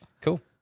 cool